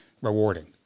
rewarding